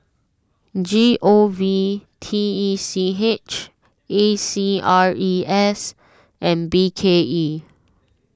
G O V T E C H A C R E S and B K E